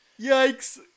Yikes